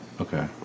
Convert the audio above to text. Okay